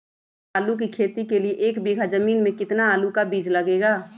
आलू की खेती के लिए एक बीघा जमीन में कितना आलू का बीज लगेगा?